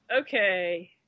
Okay